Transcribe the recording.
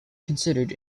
considered